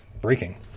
breaking